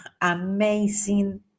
amazing